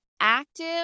active